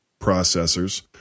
processors